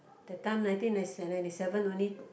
that time nineteen nine~ se~ ninety seven only